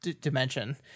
dimension